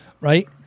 right